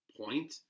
point